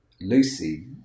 Lucy